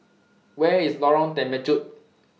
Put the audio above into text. Where IS Lorong Temechut